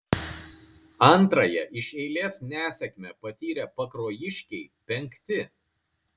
antrąją iš eilės nesėkmę patyrę pakruojiškiai penkti